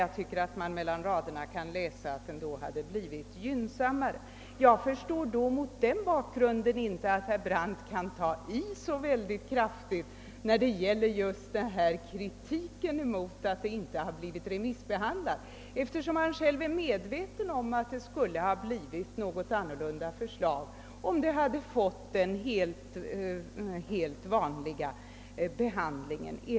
Jag tycker att man mellan raderna kan läsa att den då hade blivit gynnsammare. Mot den bakgrunden förstår jag inte att herr Brandt kan ta i så kraftigt beträffande just kritiken mot att frågan inte har remissbehandlats, eftersom han själv är medveten om att förslaget skulle ha utformats annorlunda om det utsatts för den vanliga behandlingen.